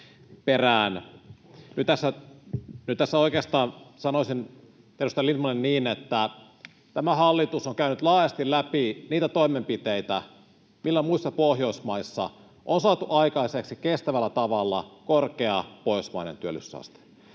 perään. Nyt tässä oikeastaan sanoisin edustaja Lindtmanille niin, että tämä hallitus on käynyt laajasti läpi niitä toimenpiteitä, millä muissa Pohjoismaissa on saatu aikaiseksi kestävällä tavalla korkea pohjoismainen työllisyysaste.